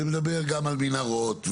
מדבר גם על מנהרות,